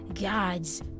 God's